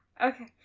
Okay